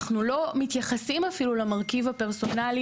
אנחנו לא מתייחסים אפילו למרכיב הפרסונלי